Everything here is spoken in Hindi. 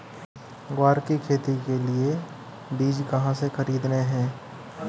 ग्वार की खेती के लिए बीज कहाँ से खरीदने हैं?